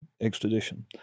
extradition